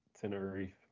Tenerife